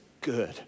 good